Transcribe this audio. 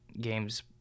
games